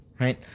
right